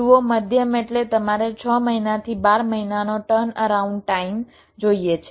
જુઓ મધ્યમ એટલે તમારે 6 મહિનાથી 12 મહિનાનો ટર્નઅરાઉન્ડ ટાઇમ જોઈએ છે